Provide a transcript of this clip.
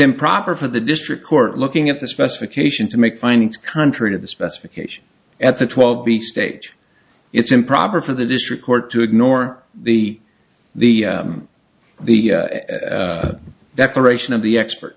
improper for the district court looking at the specification to make findings contrary to the specification at the twelve b stage it's improper for the district court to ignore the the the that the ration of the expert